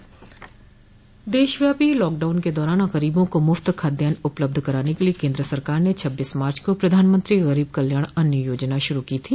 देशव्यापी लॉकडाउन के दौरान गरीबों को मुफ्त खादयान उपलब्ध कराने के लिये केन्द्र सरकार ने छब्बीस मार्च को प्रधानमंत्री गरीब कल्याण अन्न योजना शुरू की थी